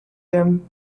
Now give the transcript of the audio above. them